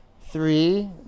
Three